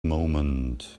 moment